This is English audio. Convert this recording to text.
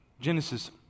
Genesis